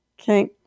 Okay